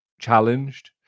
challenged